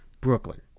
Brooklyn